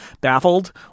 baffled